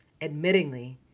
admittingly